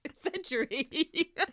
century